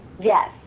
Yes